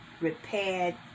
repaired